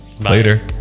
Later